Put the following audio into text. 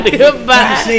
goodbye